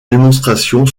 démonstration